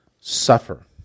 suffer